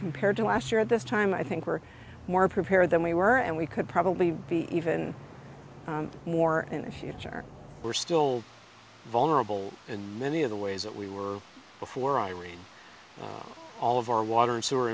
compared to last year at this time i think we're more prepared than we were and we could probably be even more in the future we're still vulnerable in many of the ways that we were before i read all of our water and s